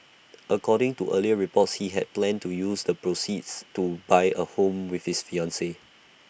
according to earlier reports he had planned to use the proceeds to buy A home with his fiancee